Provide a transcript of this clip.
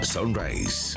Sunrise